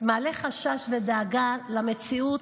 מעלה חשש ודאגה למציאות,